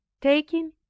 taking